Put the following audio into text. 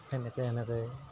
তেনেকৈ তেনেকৈ